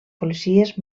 policies